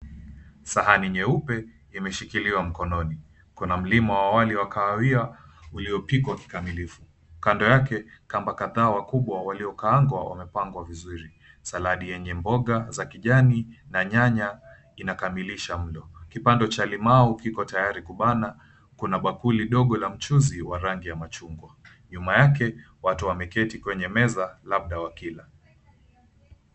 Sahani nyeupe imeshikiliwa mkononi. Kuna mlima wa wali wa kahawia uliopikwa kikamilifu. Kando yake kamba kadhaa wakubwa waliokaangwa wamepangwa vizuri. Saladi yenye mboga za kijani na nyanya inakamilisha mlo. Kipande cha limau kiko tayari kubana. Kuna bakuli ndogo la mchuzi wa rangi ya machungwa. Nyuma yake watu wameketi kwenye meza labda wakila.